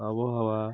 আবহাওয়া